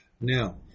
Now